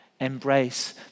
embrace